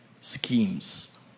schemes